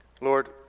Lord